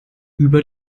über